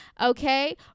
Okay